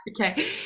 okay